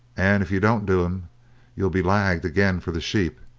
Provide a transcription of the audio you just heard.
and if you don't do him you'll be lagged again for the sheep,